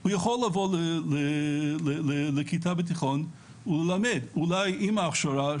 הוא יכול לבוא לכיתה בתיכון וללמד, אולי עם ההכשרה